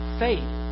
faith